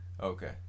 okay